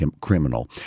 criminal